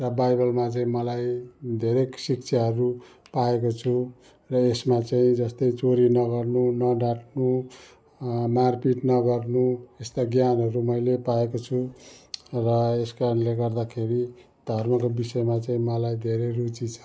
र बाइबलमा चाहिँ मलाई धेरै शिक्षाहरू पाएको छु र यसमा चाहिँ जस्तै चोरी नगर्नु नढाट्नु मारपिट नगर्नु यस्ता ज्ञानहरू मैले पाएको छु अब यसकारणले गर्दाखेरि धर्मको विषयमा चाहिँ मलाई धेरै रुचि छ